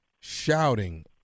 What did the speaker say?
shouting